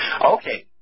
Okay